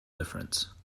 difference